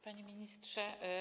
Panie Ministrze!